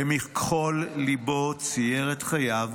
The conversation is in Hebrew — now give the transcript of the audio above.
'במכחול ליבו צייר את חייו